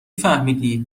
فهمیدی